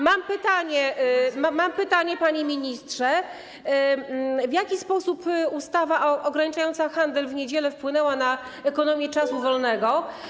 Mam pytanie, panie ministrze: W jaki sposób ustawa ograniczająca handel w niedzielę wpłynęła na ekonomię czasu wolnego?